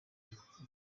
dukora